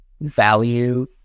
value